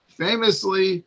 famously